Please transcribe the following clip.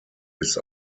ist